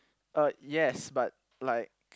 uh yes but like